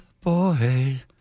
boy